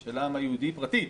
של העם היהודי פרטית,